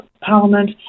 Parliament